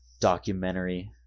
documentary